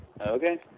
Okay